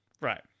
Right